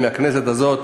מהכנסת הזאת,